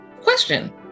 question